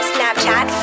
Snapchat